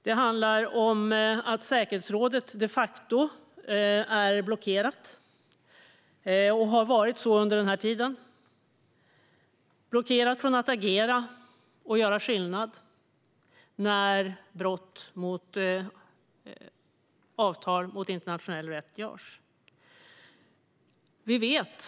Det handlar om att säkerhetsrådet de facto är blockerat från att agera och göra skillnad vid brott mot avtal och mot internationell rätt och har så varit under den här tiden.